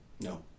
No